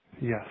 Yes